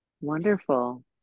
Wonderful